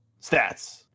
Stats